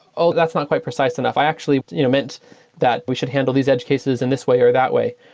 oh! that's not quite precise enough. i actually you know meant that we should handle these edge cases in this way or that way,